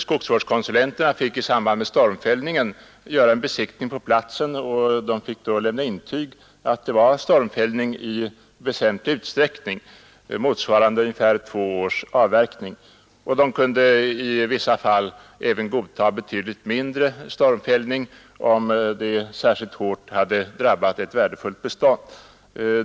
Skogsvårdskonsulenterna fick i samband med storm fällningen göra en besiktning på platsen, och de fick då lämna intyg att det var stormfällning i väsentlig utsträckning, motsvarande ungefär två års avverkning. De kunde i vissa fall även godta betydligt mindre stormfällning, om den särskilt hårt hade drabbat ett värdefullt bestånd.